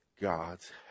god's